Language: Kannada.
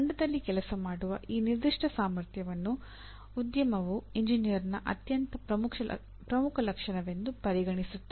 ತಂಡದಲ್ಲಿ ಕೆಲಸ ಮಾಡುವ ಈ ನಿರ್ದಿಷ್ಟ ಸಾಮರ್ಥ್ಯವನ್ನು ಉದ್ಯಮವು ಎಂಜಿನಿಯರ್ನ ಅತ್ಯಂತ ಪ್ರಮುಖ ಲಕ್ಷಣವೆಂದು ಪರಿಗಣಿಸುತ್ತದೆ